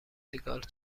سیگال